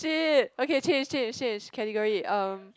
shit okay change change change category uh